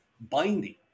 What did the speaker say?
binding